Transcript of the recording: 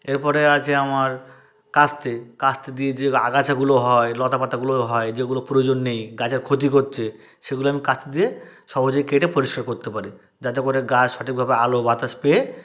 এরপরে আছে আমার কাস্তে কাস্তে দিয়ে যে আগাছাগুলো হয় লতাপাতাগুলো হয় যেগুলো প্রয়োজন নেই গাছের ক্ষতি করছে সেগুলো আমি কাস্তে দিয়ে সহজে কেটে পরিষ্কার করতে পারি যাতে করে গাছ সঠিকভাবে আলো বাতাস পেয়ে